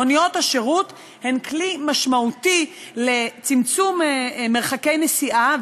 מוניות השירות הן כלי משמעותי לצמצום מרחקי נסיעה,